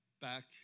back